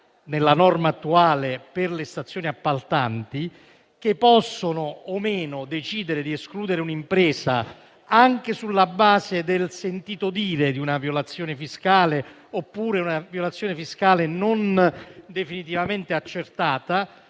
nella norma attuale per le stazioni appaltanti, che possono o meno decidere di escludere un'impresa anche sulla base del sentito dire di una violazione fiscale oppure di una non definitivamente accertata,